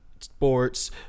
sports